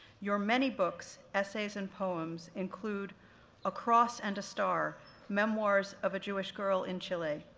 your many books, essays, and poems include a cross and a star memoirs of a jewish girl in chile,